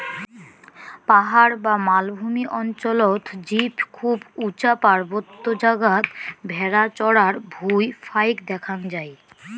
পাহাড় বা মালভূমি অঞ্চলত জীব খুব উচা পার্বত্য জাগাত ভ্যাড়া চরার ভুঁই ফাইক দ্যাখ্যাং যাই